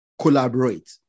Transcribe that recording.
collaborate